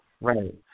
Right